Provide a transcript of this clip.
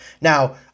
Now